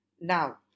now